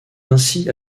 ainsi